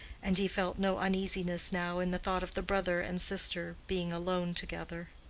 and he felt no uneasiness now in the thought of the brother and sister being alone together.